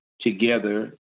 together